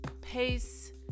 pace